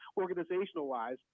organizational-wise